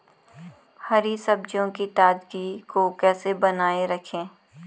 हरी सब्जियों की ताजगी को कैसे बनाये रखें?